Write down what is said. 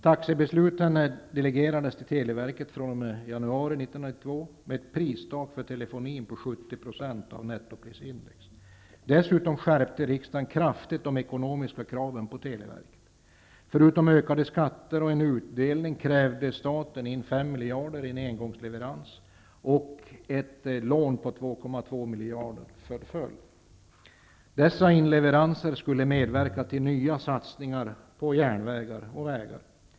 Taxebesluten delegerades till televerket -- detta gäller fr.o.m. januari 1992 -- med ett pristak för telefonin på 70 % av nettoprisindex. Dessutom skärpte riksdagen kraftigt de ekonomiska kraven på televerket. Förutom ökade skatter och krav på utdelning handlade det om krav från staten på 5 miljarder i en engångsleverans. Vidare förföll ett lån på 2,2 miljarder kronor. Dessa inleveranser skulle medverka till nya satsningar på järnvägar och vägar.